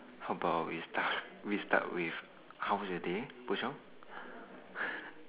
how about we start we start with how was your day Boon-Chong